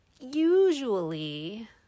usually